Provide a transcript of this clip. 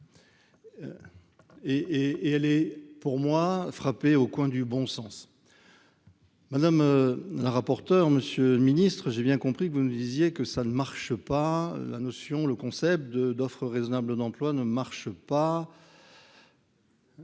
et elle est pour moi frappé au coin du bon sens, madame la rapporteure, Monsieur le Ministre, j'ai bien compris que vous nous disiez que ça ne marche pas, la notion, le concept de d'offre raisonnable d'emploi ne marche pas.